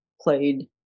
played